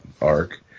arc